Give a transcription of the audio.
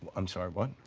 i'm sorry, what?